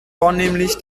vornehmlich